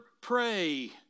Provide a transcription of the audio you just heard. pray